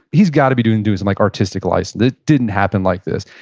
he's got to be doing doing and like artistic license. it didn't happen like this.